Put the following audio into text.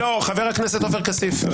לא, חבר הכנסת עופר כסיף, לא.